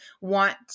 want